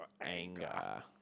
anger